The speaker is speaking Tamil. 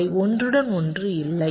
அவை ஒன்றுடன் ஒன்று இல்லை